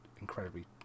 incredibly